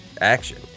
action